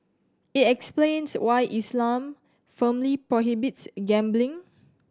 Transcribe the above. it explains why Islam firmly prohibits gambling